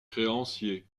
créanciers